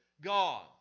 God